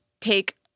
take